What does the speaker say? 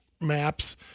maps